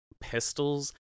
pistols